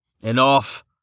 Enough